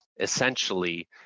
essentially